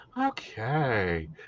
Okay